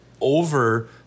over